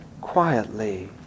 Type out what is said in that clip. quietly